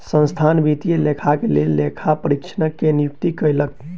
संस्थान वित्तीय लेखाक लेल लेखा परीक्षक के नियुक्ति कयलक